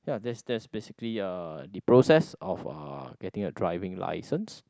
ya that's that's basically uh the process of uh getting a driving license